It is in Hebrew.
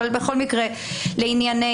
אבל בכל מקרה, לענייננו.